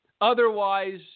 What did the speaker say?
Otherwise